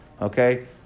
Okay